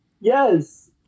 Yes